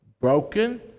broken